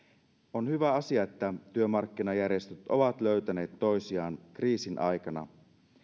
on hyvä asia että työmarkkinajärjestöt ovat löytäneet toisiaan kriisin aikana